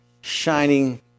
shining